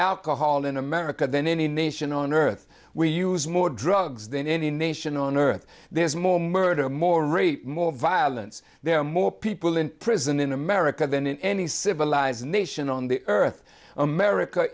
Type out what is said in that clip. alcohol in america than any nation on earth we use more drugs than any nation on earth there's more murder more rate more violence there more people in prison in america than in any civilized nation on the earth america